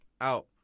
out